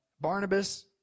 Barnabas